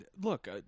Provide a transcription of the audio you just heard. Look